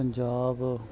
Punjab